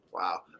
Wow